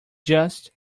just